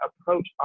approach